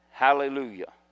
Hallelujah